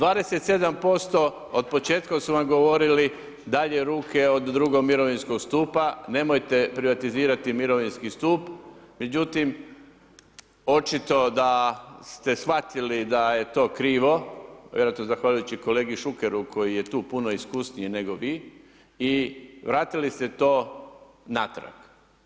27% od početka su vam govorili dalje ruke od drugog mirovinskog stupa, nemojte privatizirati mirovinski stup, međutim, očito da ste shvatili da je to krivo, vjerojatno zahvaljujući kolegi Šukeru koji je tu puno iskusniji, nego vi i vratili ste to natrag.